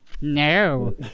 No